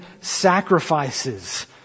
sacrifices